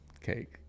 Cake